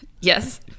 Yes